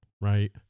right